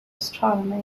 astronomy